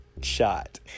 shot